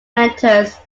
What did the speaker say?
mentors